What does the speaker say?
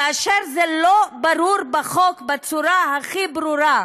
כאשר לא ברור בחוק, בצורה הכי ברורה,